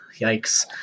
yikes